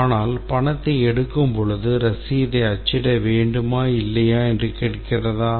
ஆனால் பணத்தை எடுக்கும்போது ரசீதை அச்சிட வேண்டுமா இல்லையா என்று கேட்கிறதா